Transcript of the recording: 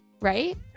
right